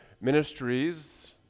ministries